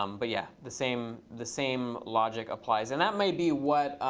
um but yeah, the same the same logic applies. and that may be what